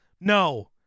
No